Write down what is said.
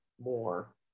more